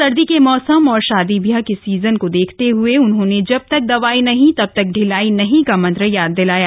सर्दी के मौसम औऱ शादी ब्याह के सीजन को देखते हुए उन्होंने जब तक दवाई नहीं तब तक ढिलाई नहीं का मंत्र याद दिलाया